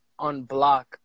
unblock